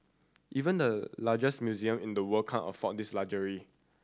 even the largest museum in the world can't afford this luxury